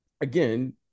again